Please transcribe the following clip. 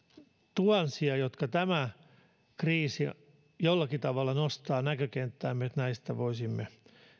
tuhansia jotka tämä kriisi jollakin tavalla nostaa näkökenttäämme ja näistä voisimme